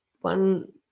one